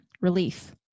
Relief